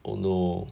oh no